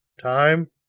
Time